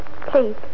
Please